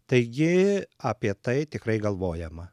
taigi apie tai tikrai galvojama